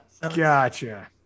Gotcha